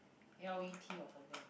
L E T or something